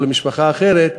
או למשפחה אחרת,